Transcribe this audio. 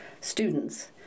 students